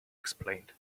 explained